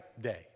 day